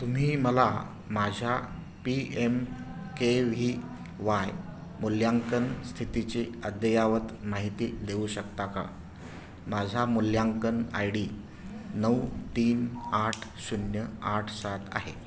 तुम्ही मला माझ्या P M K V Y मूल्यांकन स्थितीची अद्ययावत माहिती देऊ शकता का माझा मूल्यांकन आय डी नऊ तीन आठ शून्य आठ सात आहे